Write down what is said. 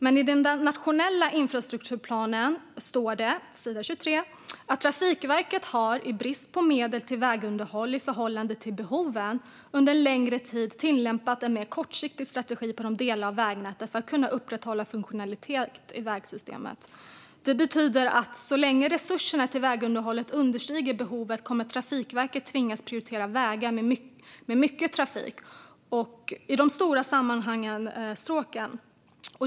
Men i den nationella infrastrukturplanen, på sidan 23, står det: "Trafikverket har, i brist på medel till vägunderhåll i förhållande till behoven, under en längre tid tillämpat en mer kortsiktig strategi på delar av vägnätet för att kunna upprätthålla funktionaliteten i vägsystemet." Det betyder att så länge resurserna till vägunderhåll understiger behovet kommer Trafikverket att tvingas prioritera vägar med mycket trafik och de stora sammanhängande stråken.